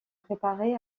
préparés